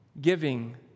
giving